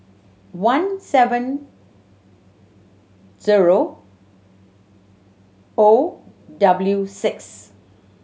one seven zero O W six